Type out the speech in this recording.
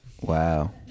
Wow